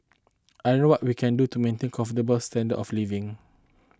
I don't know what we can do to maintain comfortable standard of living